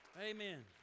Amen